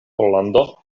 pollando